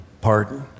pardon